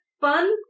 fun